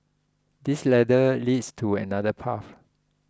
this ladder leads to another path